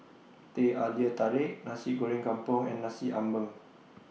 Teh Halia Tarik Nasi Goreng Kampung and Nasi Ambeng